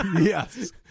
yes